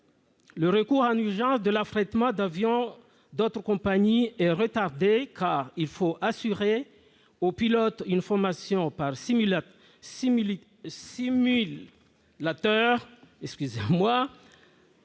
Le recours en urgence à l'affrètement d'avions d'autres compagnies est retardé, car il faut assurer aux pilotes une formation sur simulateurs